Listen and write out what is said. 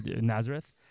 Nazareth